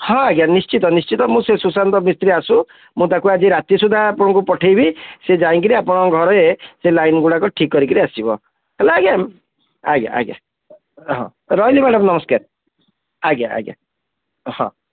ହଁ ଆଜ୍ଞା ନିଶ୍ଚିତ ନିଶ୍ଚିତ ମୁଁ ସେହି ସୁଶାନ୍ତ ମିସ୍ତ୍ରୀ ଆସୁ ମୁଁ ତାକୁ ଆଜି ରାତି ସୁଦ୍ଧା ଆପଣଙ୍କୁ ପଠାଇବି ସିଏ ଯାଇକରି ଆପଣଙ୍କ ଘରେ ସେ ଲାଇନ୍ ଗୁଡ଼ାକ ଠିକ୍ କରିକି ଆସିବ ହେଲା ଆଜ୍ଞା ଆଜ୍ଞା ଆଜ୍ଞା ହଁ ରହିଲି ମ୍ୟାଡ଼ାମ ନମସ୍କାର ଆଜ୍ଞା ଆଜ୍ଞା ହଁ